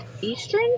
Eastern